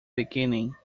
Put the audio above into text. beginning